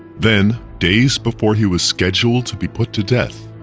then, days before he was scheduled to be put to death,